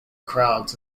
crowds